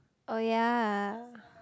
oh yea